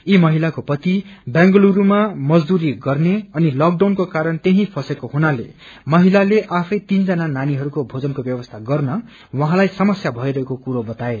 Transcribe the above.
यी महिलाको पति बेंगलुरूमा मजदुरी गर्ने अनि लकडाउनको कारण त्यही फसेको जुनाले महिलाले आफै तीनजना नानीको भेजनको व्यवस्था गर्न उहाँलाई समस्या भइरहेको कुरो बताए